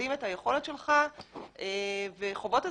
אומדים את היכולת שלך וחובות אזרחיים,